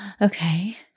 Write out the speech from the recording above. Okay